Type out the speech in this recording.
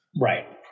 right